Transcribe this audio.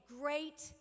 great